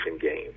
game